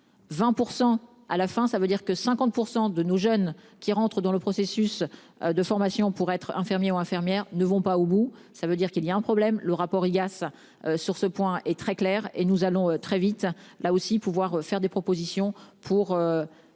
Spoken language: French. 120% à la fin ça veut dire que 50% de nos jeunes qui rentrent dans le processus de formation pour être infirmier ou infirmière ne vont pas au bout. Ça veut dire qu'il y a un problème. Le rapport IGAS sur ce point est très clair, et nous allons très vite là aussi pouvoir faire des propositions pour.